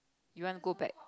you want to go back